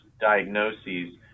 diagnoses